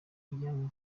obiang